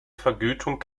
vergütung